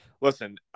listen